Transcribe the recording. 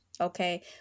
okay